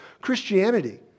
Christianity